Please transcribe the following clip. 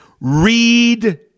read